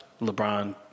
LeBron